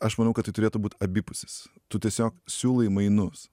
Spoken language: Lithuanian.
aš manau kad tai turėtų būt abipusis tu tiesiog siūlai mainus